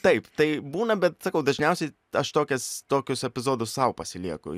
taip tai būna bet sakau dažniausiai aš tokias tokius epizodus sau pasilieku